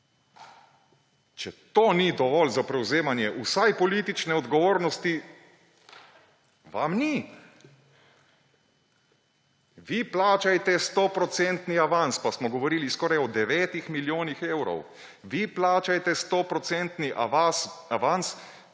Če to ni dovolj za prevzemanje vsaj politične odgovornosti? Vam ni. »Vi plačajte 100 % avans …«, pa smo govorili skoraj o 9 milijonih evrov, »vi plačajte 100 % avans,